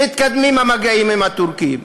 מתקדמים המגעים עם הטורקים,